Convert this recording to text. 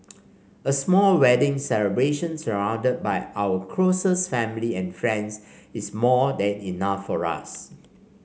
a small wedding celebration surrounded by our closest family and friends is more than enough for us